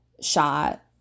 shot